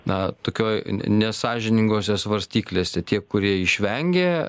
na tokioj nesąžiningose svarstyklėse tie kurie išvengė